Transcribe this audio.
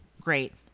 great